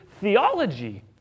theology